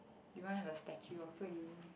you want to have a statue of hui ying